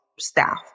staff